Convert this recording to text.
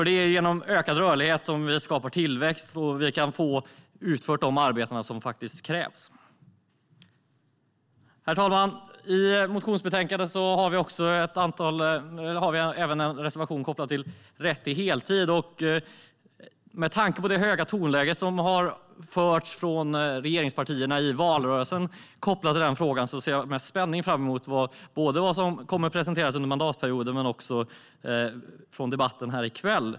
Det är genom ökad rörlighet som vi skapar tillväxt och kan få utfört de arbeten som krävs. Herr talman! I motionsbetänkandet har vi även en reservation om rätt till heltid. Med tanke på det höga tonläge som har hörts från regeringspartierna i valrörelsen i den frågan ser jag med spänning fram emot vad som kommer att presenteras under mandatperioden men också i debatten här i kväll.